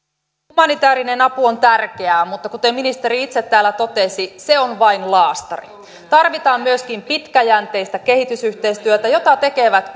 humanitäärinen apu on tärkeää mutta kuten ministeri itse täällä totesi se on vain laastari tarvitaan myöskin pitkäjänteistä kehitysyhteistyötä jota tekevät